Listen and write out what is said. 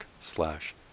slash